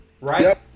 right